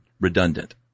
Redundant